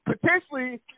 Potentially